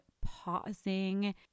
pausing